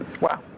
Wow